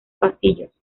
pasillos